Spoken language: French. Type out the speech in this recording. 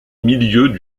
milieux